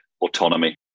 autonomy